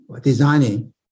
designing